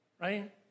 right